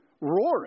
roaring